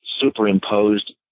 superimposed